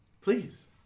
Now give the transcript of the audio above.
Please